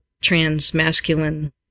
trans-masculine